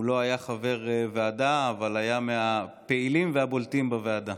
הוא לא היה חבר ועדה אבל היה מהפעילים והבולטים בוועדה.